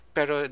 Pero